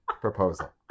proposal